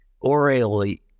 orally